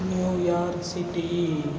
New York city